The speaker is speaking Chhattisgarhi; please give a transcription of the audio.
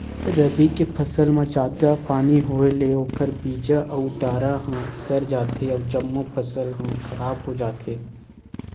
रबी के फसल म जादा पानी होए ले ओखर बीजा अउ डारा ह सर जाथे अउ जम्मो फसल ह खराब हो जाथे